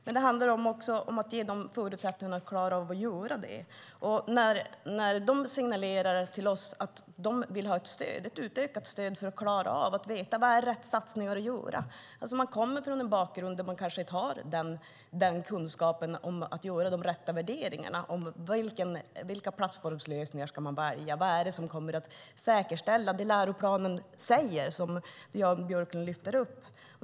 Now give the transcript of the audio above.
Men det handlar också om att ge dem förutsättningar att klara av att göra det. De signalerar till oss att de vill ha ett utökat stöd för att klara av att göra rätt satsningar. De kommer från en bakgrund som gör att de kanske inte har kunskapen för att kunna göra de rätta värderingarna om vilka plattformslösningar som ska väljas och vad det är som kommer att säkerställa det som sägs i läroplanen och som Jan Björklund lyfter fram.